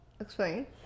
Explain